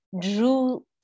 drew